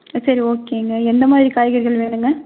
ஆ சரி ஓகேங்க என்ன மாதிரி காய்கறிகள் வேணும்ங்க